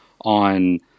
on